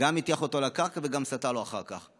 גם הטיח אותו לקרקע וגם סטר לו אחר כך.